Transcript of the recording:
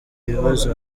ibibazo